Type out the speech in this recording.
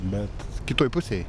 bet kitoj pusėj